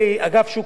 שגילו פתיחות.